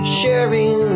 sharing